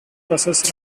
buses